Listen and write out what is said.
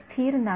तो स्थिर नाही